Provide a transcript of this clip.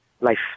life